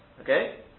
Okay